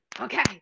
okay